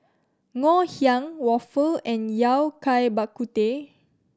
Ngoh Hiang waffle and Yao Cai Bak Kut Teh